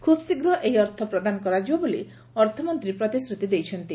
ଖୁବ୍ ଶୀଘ୍ର ଏହି ଅର୍ଥ ପ୍ରଦାନ କରାଯିବ ବୋଲି ଅର୍ଥମନ୍ତୀ ପ୍ରତିଶ୍ରୁତି ଦେଇଛନ୍ତି